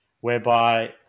whereby